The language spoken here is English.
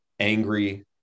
angry